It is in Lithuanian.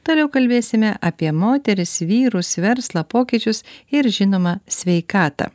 toliau kalbėsime apie moteris vyrus verslą pokyčius ir žinoma sveikatą